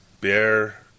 bear